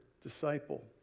disciple